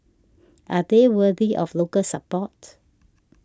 are they worthy of local support